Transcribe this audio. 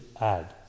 add